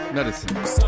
Medicine